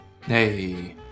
Hey